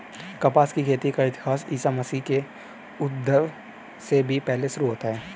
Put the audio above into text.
कपास की खेती का इतिहास ईसा मसीह के उद्भव से भी पहले शुरू होता है